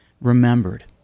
remembered